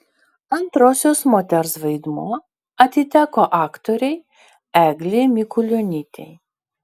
antrosios moters vaidmuo atiteko aktorei eglei mikulionytei